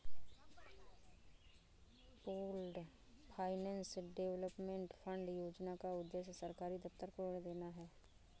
pooled finance development fund योजना का उद्देश्य सरकारी दफ्तर को ऋण देना है